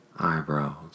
Eyebrows